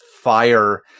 fire